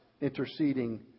interceding